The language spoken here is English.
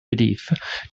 belief